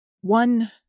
one